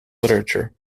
literature